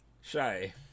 Shy